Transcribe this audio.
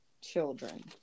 children